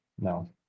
no